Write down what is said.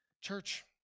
Church